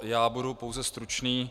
Já budu pouze stručný.